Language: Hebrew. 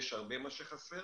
יש הרבה מה שחסר,